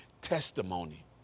testimony